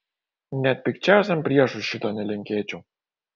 net pikčiausiam priešui šito nelinkėčiau